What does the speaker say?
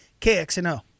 KXNO